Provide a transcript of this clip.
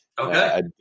Okay